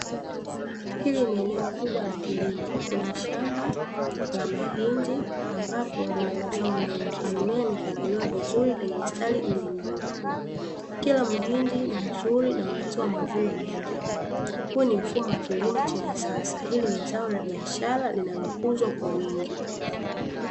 Hili ni eneo kubwa la kilimo, kuna shamba la mahindi ambapo lina mazao mengi, mimea imepangaliwa vizuri kwenye mistari iliyonyooka. Kila muhindi ni mzuri na unatoa mavuno mengi. Huu ni mfumo wa kilimo cha kisasa, hili ni zao la biashara linalokuzwa kwa wingi.